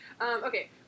Okay